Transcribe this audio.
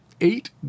eight